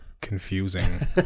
Confusing